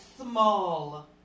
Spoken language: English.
Small